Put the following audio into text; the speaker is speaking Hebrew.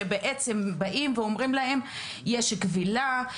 שבעצם באים ואומרים להם יש כבילה,